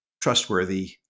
trustworthy